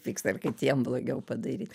pyksta ar kad jiems blogiau padaryt